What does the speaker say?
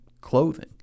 clothing